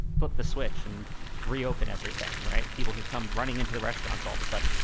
put the switch and reopen everything. right. people could come running into the restaurants all of a sudden.